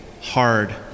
hard